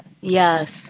Yes